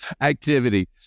activity